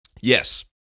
Yes